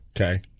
Okay